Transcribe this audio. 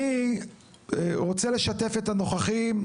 אני רוצה לשתף את הנוכחים,